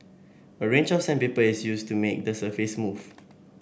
a range of sandpaper is used to make the surface smooth